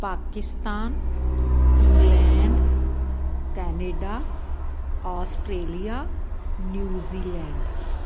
Pakistan England Canada Australia New Zealand